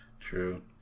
True